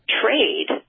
trade